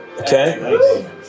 Okay